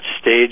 stage